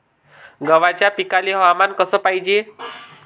गव्हाच्या पिकाले हवामान कस पायजे?